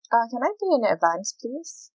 uh can I pay in advance please